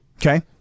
Okay